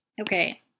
Okay